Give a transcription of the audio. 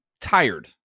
tired